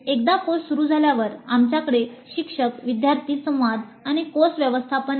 एकदा कोर्स सुरू झाल्यावर आमच्याकडे शिक्षक विद्यार्थी संवाद आणि कोर्स व्यवस्थापन आहे